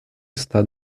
está